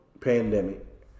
pandemic